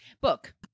Book